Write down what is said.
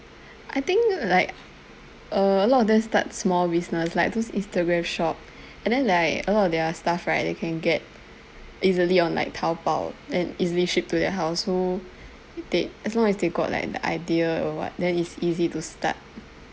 I think like err a lot of them start small business like those instagram shop and then like a lot of their stuff right they can get easily on like taobao and easily shipped to their house so they as long as they got like the idea or [what] then it's easy to start